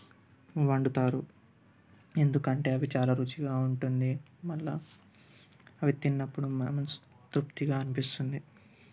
వండుతారు ఎందుకంటే అవి చాలా రుచిగా ఉంటుంది మళ్ళా అవి తిన్నప్పుడు మన మనసు తృప్తిగా అనిపిస్తుంది